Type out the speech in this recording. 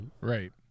Right